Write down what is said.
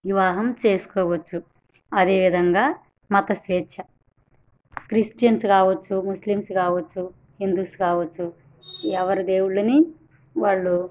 వివాహం చేసుకోవచ్చు అదేవిధంగా మత స్వేచ్ఛ క్రిస్టియన్స్ కావచ్చు ముస్లిమ్స్ కావచ్చు హిందూస్ కావచ్చు ఎవరి దేవుళ్ళని వాళ్ళు